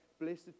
blessed